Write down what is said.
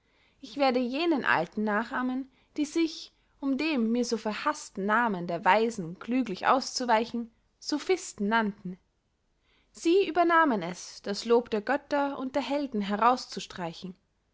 ich werde jenen alten nachahmen die sich um dem mir so verhaßten namen der weisen klüglich auszuweichen sophisten nannten sie übernahmen es das lob der götter und der helden herauszustreichen